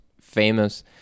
famous